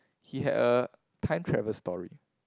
he had a time travel story